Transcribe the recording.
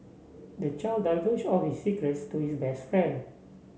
the child divulged all his secrets to his best friend